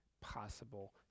possible